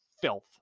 filth